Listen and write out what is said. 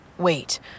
Wait